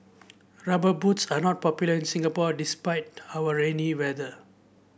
rubber boots are not popular in Singapore despite our rainy weather